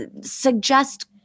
suggest